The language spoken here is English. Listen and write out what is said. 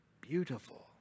beautiful